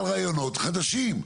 על רעיונות חדשים,